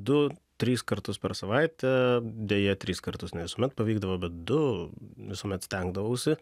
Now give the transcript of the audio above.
du tris kartus per savaitę deja tris kartus ne visuomet pavykdavo bet du visuomet stengdavausi